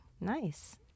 nice